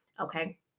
Okay